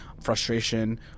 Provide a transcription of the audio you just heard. frustration